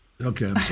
Okay